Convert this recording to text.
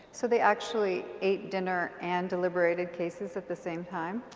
so they actually ate dinner and deliberated cases at the same time?